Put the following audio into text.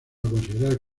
considerar